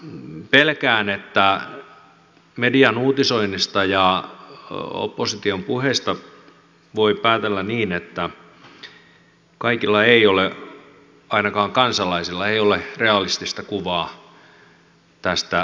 pelkään että median uutisoinnista ja opposition puheista voi päätellä niin että kaikilla ei ole ainakaan kansalaisilla ei ole realistista kuvaa tästä hallitusohjelmasta